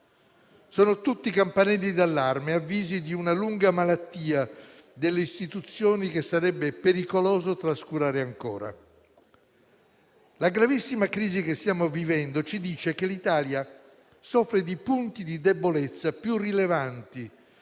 Sono tutti campanelli d'allarme, avvisi di una lunga malattia delle istituzioni che sarebbe pericoloso trascurare ancora. La gravissima crisi che stiamo vivendo ci dice che l'Italia soffre di punti di debolezza più rilevanti